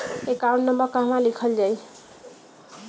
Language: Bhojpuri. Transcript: एकाउंट नंबर कहवा लिखल जाइ?